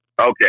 Okay